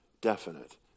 definite